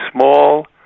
small